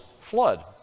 flood